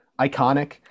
iconic